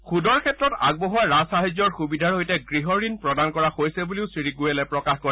সূদৰ ক্ষেত্ৰত আগবঢ়োৱা ৰাজ সাহায্যৰ সুবিধাৰ সৈতে গৃহ ঋণ প্ৰদান কৰা হৈছে বুলিও শ্ৰী গোৱেলে প্ৰকাশ কৰে